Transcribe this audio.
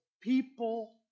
People